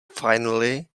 finally